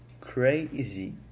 crazy